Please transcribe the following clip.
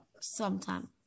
sometime